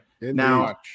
Now